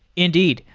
indeed.